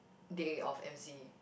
day of m_c